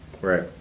Right